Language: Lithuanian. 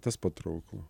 tas patrauklu